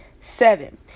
seven